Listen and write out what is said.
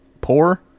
poor